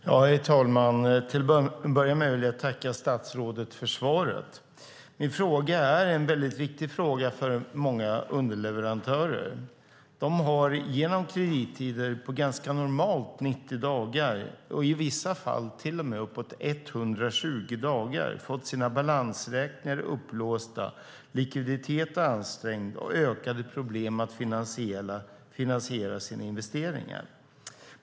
Herr talman! Till att börja med vill jag tacka statsrådet för svaret. Min fråga är väldigt viktig för många underleverantörer. De har genom kredittider på 90 dagar - det är ganska normalt - och i vissa fall till och med uppåt 120 dagar fått sina balansräkningar uppblåsta, likviditeten ansträngd och ökade problem med att finansiera sina investeringar.